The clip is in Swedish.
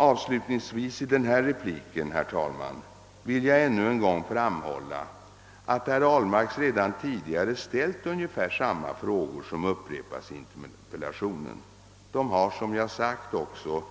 Avslutningsvis i denna replik vill jag än en gång framhålla att herr Ahlmark redan tidigare ställt samma frågor som i den nu aktuella interpellationen. De har också